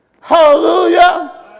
Hallelujah